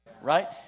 right